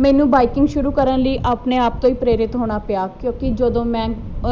ਮੈਨੂੰ ਬਾਈਕਿੰਗ ਸ਼ੁਰੂ ਕਰਨ ਲਈ ਆਪਣੇ ਆਪ ਤੋਂ ਪ੍ਰੇਰਿਤ ਹੋਣਾ ਪਿਆ ਕਿਉਂਕਿ ਜਦੋਂ ਮੈਂ